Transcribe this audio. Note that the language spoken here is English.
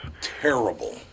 Terrible